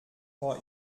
vor